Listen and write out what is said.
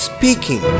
Speaking